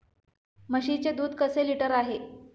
म्हशीचे दूध कसे लिटर आहे?